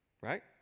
right